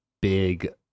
big